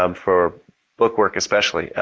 um for book work especially,